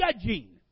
judging